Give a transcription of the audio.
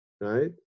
right